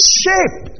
shape